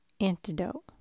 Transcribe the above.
Antidote